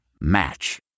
Match